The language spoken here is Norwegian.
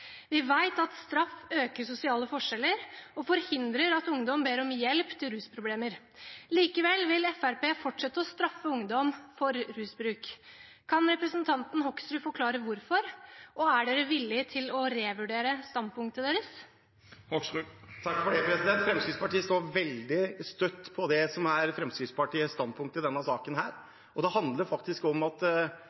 Vi vet at straff øker sosiale forskjeller og forhindrer at ungdom ber om hjelp til rusproblemer. Likevel vil Fremskrittspartiet fortsette å straffe ungdom for rusbruk. Kan representanten Hoksrud forklare hvorfor, og er en villig til å revurdere standpunktet sitt? Fremskrittspartiet står veldig støtt på Fremskrittspartiets standpunkt i denne saken. Det handler ikke om at